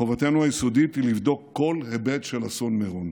חובתנו היסודית היא לבדוק כל היבט של אסון מירון.